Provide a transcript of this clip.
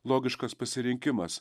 logiškas pasirinkimas